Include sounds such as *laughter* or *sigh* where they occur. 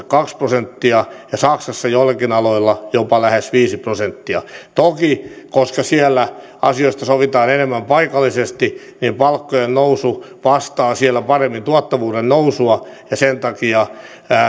*unintelligible* kaksi prosenttia ja saksassa joillakin aloilla jopa lähes viisi prosenttia toki koska siellä asioista sovitaan enemmän paikallisesti palkkojen nousu vastaa siellä paremmin tuottavuuden nousua ja sen takia